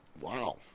Wow